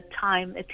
time